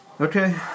Okay